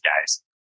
guys